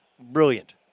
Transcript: brilliant